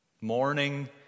morning